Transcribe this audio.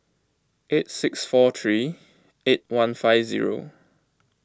eight six four three eight one five zero